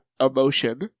Emotion